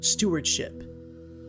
Stewardship